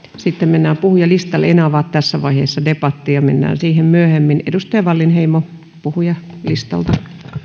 sitten mennään puhujalistalle en avaa tässä vaiheessa debattia mennään siihen myöhemmin edustaja wallinheimo puhujalistalta